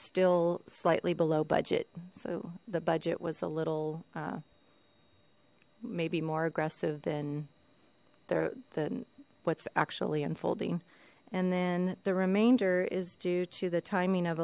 still slightly below budget so the budget was a little maybe more aggressive than their the what's actually unfolding and then the remainder is due to the timing of